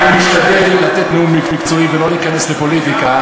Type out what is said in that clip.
אני משתדל לתת נאום מקצועי ולא להיכנס לפוליטיקה,